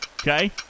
Okay